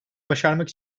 başarmak